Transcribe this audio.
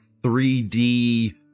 3D